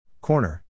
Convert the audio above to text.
Corner